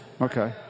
Okay